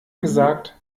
gesagt